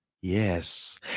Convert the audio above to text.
Yes